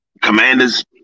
Commanders